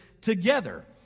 together